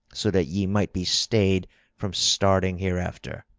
so that ye might be stayed from starting hereafter.